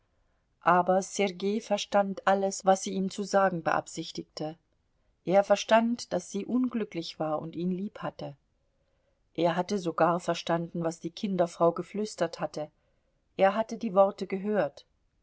aber sergei verstand alles was sie ihm zu sagen beabsichtigte er verstand daß sie unglücklich war und ihn liebhatte er hatte sogar verstanden was die kinderfrau geflüstert hatte er hatte die worte gehört